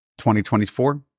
2024